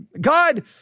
God